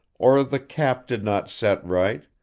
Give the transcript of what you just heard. or the cap did not set right,